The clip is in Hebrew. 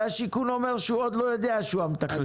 והשיכון אומר שהוא עוד לא יודע שהוא המתכלל.